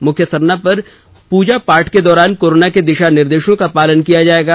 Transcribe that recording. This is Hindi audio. मुख्य सरना पर पूजा पाठ के दौरान कोरोना के दिशा निर्देशों का पालन किया जायेगा